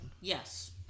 yes